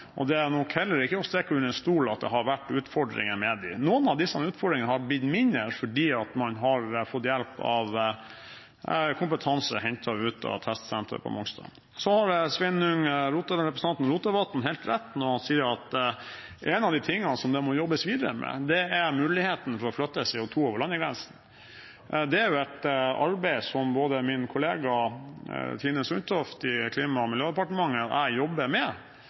og det er nok heller ikke til å stikke under en stol at det har vært utfordringer med dem. Noen av disse utfordringene har blitt mindre fordi man har fått hjelp av kompetanse hentet ut av testsenteret på Mongstad. Så har representanten Sveinung Rotevatn helt rett når han sier at en av de tingene som det må jobbes videre med, er muligheten for å flytte CO2 over landegrensene. Det er et arbeid som både min kollega Tine Sundtoft i Klima- og miljødepartementet og jeg jobber med